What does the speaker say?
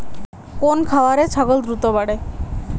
কোন খাওয়ারে ছাগল দ্রুত বাড়ে?